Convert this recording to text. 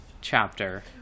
chapter